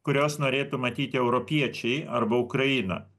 kurios norėtų matyti europiečiai arba ukraina